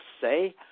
say